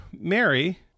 Mary